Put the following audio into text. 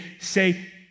say